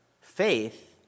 faith